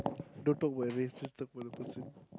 don't talk about race just talk about the person